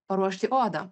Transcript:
paruošti odą